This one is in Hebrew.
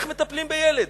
לגבי איך מטפלים בילד.